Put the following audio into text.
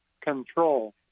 control